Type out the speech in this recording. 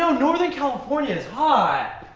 so northern california is hot.